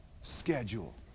schedule